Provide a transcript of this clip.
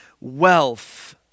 wealth